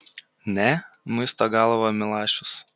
ne muisto galvą milašius